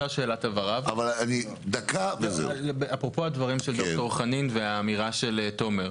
שאלת הבהרה אפרופו הדברים של ד"ר חנין והאמירה של תומר,